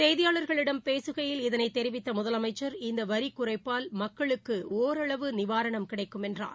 செய்தியாள்களிடம் பேககையில் இதைதெரிவித்தமுதலமைச்சர் இந்தவரிகுறைப்பால் மக்களுக்குஒரளவு நிவாரணம் கிடைக்கும் என்றார்